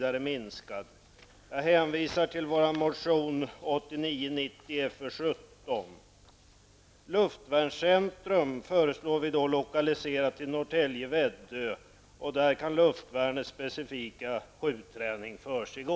Arméns etablering i Norrtälje/Väddö. Där kan luftvärnets specifika skjutträning försiggå.